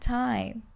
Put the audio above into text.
time